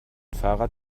fahrrad